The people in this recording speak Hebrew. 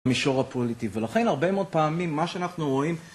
מישור הפוליטי, ולכן הרבה מאוד פעמים מה שאנחנו רואים